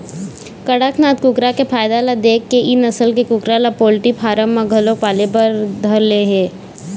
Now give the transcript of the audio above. कड़कनाथ कुकरा के फायदा ल देखके ए नसल के कुकरा ल पोल्टी फारम म घलोक पाले बर धर ले हे